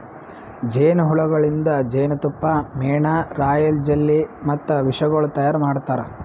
ಜೇನು ಹುಳಗೊಳಿಂದ್ ಜೇನತುಪ್ಪ, ಮೇಣ, ರಾಯಲ್ ಜೆಲ್ಲಿ ಮತ್ತ ವಿಷಗೊಳ್ ತೈಯಾರ್ ಮಾಡ್ತಾರ